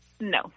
no